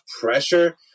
pressure